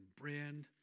brand